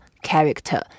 character